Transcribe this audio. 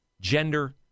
gender